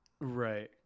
Right